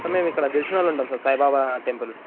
sir మేము ఇక్కడ దిల్షూక్నగర్ ఉంటాం సార్ సాయిబాబా టెంపుల్